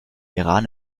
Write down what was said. iran